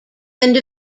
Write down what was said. end